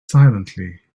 silently